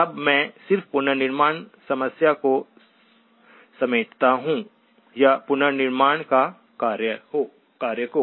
अब मैं सिर्फ पुनर्निर्माण समस्या को समेटता हूं या पुनर्निर्माण का कार्य को